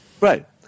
Right